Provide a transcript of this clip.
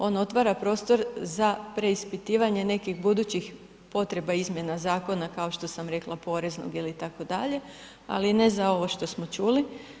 On otvara prostor za preispitivanje nekih budućih potreba izmjena zakona kao što sam rekla Poreznog itd., ali ne za ovo što smo čuli.